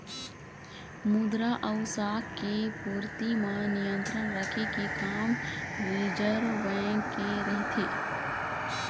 मद्रा अउ शाख के पूरति म नियंत्रन रखे के काम रिर्जव बेंक के रहिथे